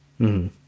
-hmm